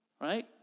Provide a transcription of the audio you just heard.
right